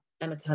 Emma